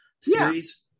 series